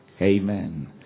amen